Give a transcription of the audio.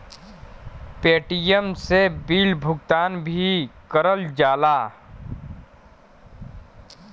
Paytm से bill भुगतान भी करल जाला